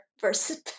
versus